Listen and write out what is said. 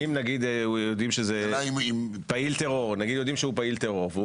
אם, למשל, יודעים שהוא פעיל טרור.